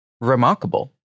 remarkable